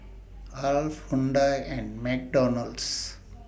Alf Hyundai and McDonald's